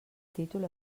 títol